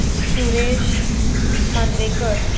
Suresh Mandrekar